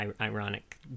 ironic